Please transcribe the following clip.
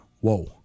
whoa